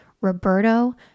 Roberto